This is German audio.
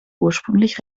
ursprünglich